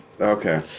Okay